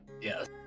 Yes